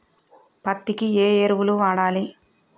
పత్తి కి ఏ ఎరువులు వాడాలి?